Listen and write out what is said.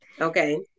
Okay